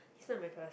she not in my class